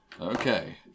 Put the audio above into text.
Okay